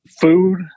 food